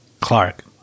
Clark